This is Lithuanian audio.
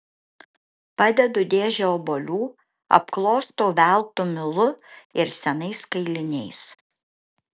padedu dėžę obuolių apklostau veltu milu ir senais kailiniais